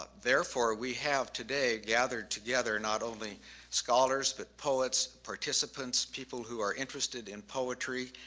therefore we have today gathered together not only scholars but poets, participants, people who are interested in poetry,